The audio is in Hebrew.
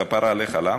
כפרה עליך, למה?